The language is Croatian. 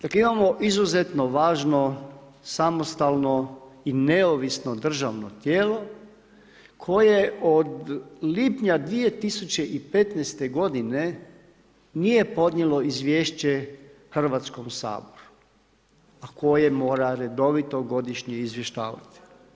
Dakle, imamo izuzetno važno samostalno i neovisno državno tijelo koje od lipnja 2015. godine nije podnijelo izvješće Hrvatskom saboru, a koje mora redovito godišnje izvještavati.